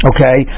Okay